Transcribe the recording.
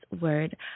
word